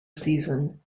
season